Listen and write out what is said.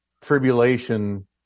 tribulation